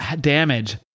damage